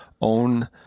own